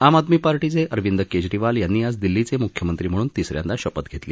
आम आदमी पार्टीचे अरविंद केजरीवाल यांनी आज दिल्लीचे मुख्यमंत्री म्हणून तिसऱ्यांदा शपथ घेतली